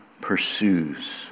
pursues